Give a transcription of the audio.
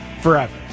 forever